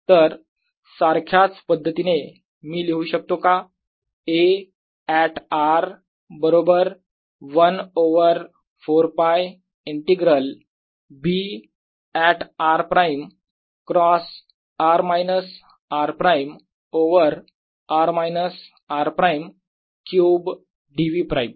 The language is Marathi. तर सारख्याच पद्धतीने मी लिहू शकतो का A ऍट r बरोबर 1 over 4 π integral B at r prime cross r minus r prime over r minus r prime cube dv prime